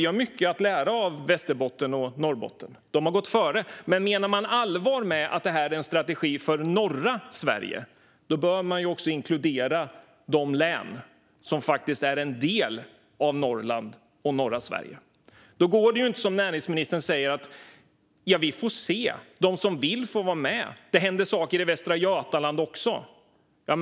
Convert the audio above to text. Vi har mycket att lära av Västerbotten och Norrbotten, för de har gått före. Men menar man allvar med att detta är en strategi för norra Sverige bör man även inkludera de län som faktiskt är en del av Norrland och norra Sverige. Då kan man inte säga som näringsministern att de som vill får vara med och att det händer saker i Västra Götaland också.